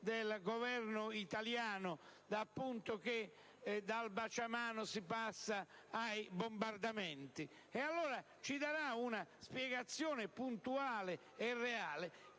del Governo italiano, al punto che dal baciamano si è passati ai bombardamenti, e ci dia una spiegazione puntuale e reale